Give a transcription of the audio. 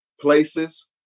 places